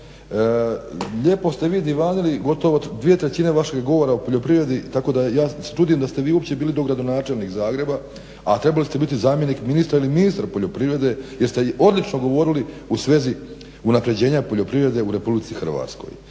lijepo ste vi divanili, gotovo dvije trećine vašeg govora o poljoprivredi, tako da se ja čudim da ste vi uopće bili dogradonačelnik Zagreba, a trebali ste biti zamjenik ministra ili ministar poljoprivrede jer ste odlično govorili u svezi unaprjeđenja poljoprivrede u RH. Pa kad